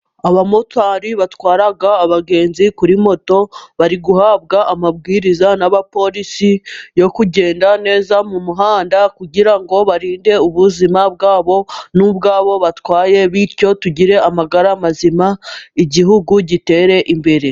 Abamotari batwara abagenzi kuri moto, bari guhabwa amabwiriza n'abapolisi yo kugenda neza mu muhanda, kugira ngo barinde ubuzima bwabo n'ubw'abo batwaye bityo tugire amagara mazima igihugu gitere imbere.